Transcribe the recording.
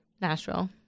Nashville